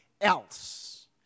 else